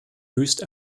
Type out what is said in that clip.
höchst